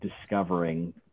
discovering